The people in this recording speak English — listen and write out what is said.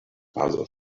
father